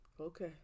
okay